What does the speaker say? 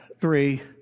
three